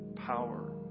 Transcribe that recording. power